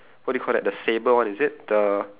what do you call that the saber one is it the